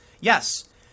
Yes